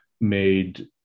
made